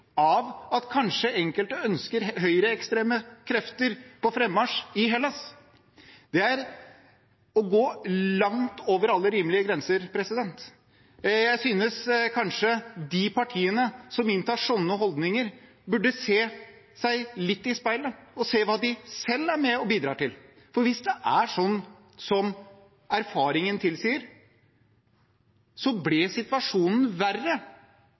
av at kanskje enkelte ønsker høyreekstreme krefter på frammarsj i Hellas. Det er å gå langt over alle rimelige grenser. Jeg synes kanskje at de partiene som inntar sånne holdninger, burde se seg litt i speilet og se hva de selv er med og bidrar til, for hvis det er sånn som erfaringen tilsier, ble situasjonen verre